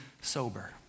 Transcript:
sober